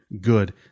good